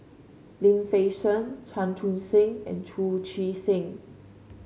Lim Fei Shen Chan Chun Sing and Chu Chee Seng